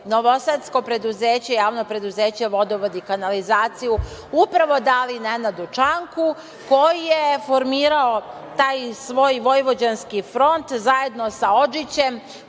novosadsko preduzeće, JP „Vodovod i kanalizacija“ upravo dali Nenadu Čanku, koji je formirao taj svoj vojvođanski front, zajedno sa Odžićem,